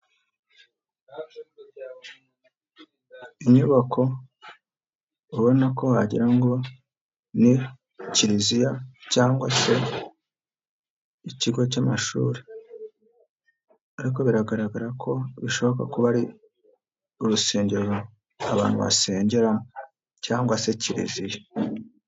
Inyubako ubona ko wagira ngo ni ikiliziya cyangwa se ikigo cy'amashuri ariko biragaragara ko bishoboka kuba ari urusengero abantu basengeramo cyangwa se kiliziya.